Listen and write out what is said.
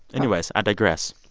anyways, i digress.